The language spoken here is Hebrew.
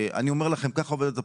אני אומר לכם, ככה עובדת הפרקטיקה.